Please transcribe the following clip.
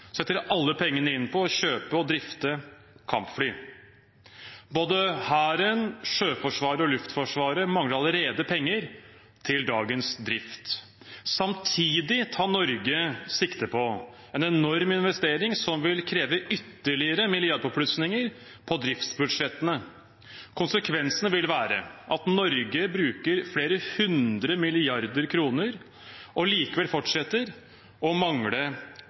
setter alle pengene inn på å kjøpe og drifte kampfly? Både Hæren, Sjøforsvaret og Luftforsvaret mangler allerede penger til dagens drift. Samtidig tar Norge sikte på en enorm investering som vil kreve ytterligere milliardpåplussinger på driftsbudsjettene. Konsekvensene vil være at Norge bruker flere hundre milliarder kroner og likevel fortsetter å mangle